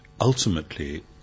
ultimately